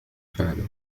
فعله